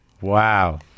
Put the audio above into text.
Wow